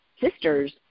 sisters